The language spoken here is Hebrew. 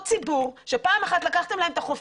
זה אותו ציבור שפעם אחת לקחתם להם את החופים,